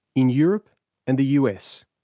in europe and the us,